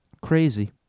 crazy